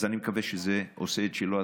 אני מקווה שזה עושה את שלו.